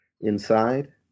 inside